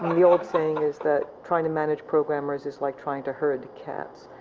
the old saying is that trying to manage programmers is like trying to herd cats.